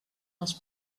els